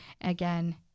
again